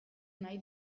nahi